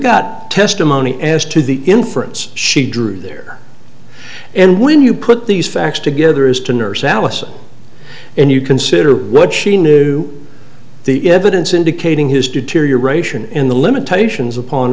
got testimony as to the inference she drew there and when you put these facts together as to nurse allison and you consider what she knew the evidence indicating his deterioration in the limitations upon